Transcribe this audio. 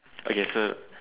okay so